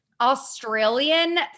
Australian